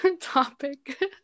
topic